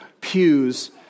pews